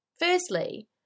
Firstly